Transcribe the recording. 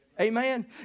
Amen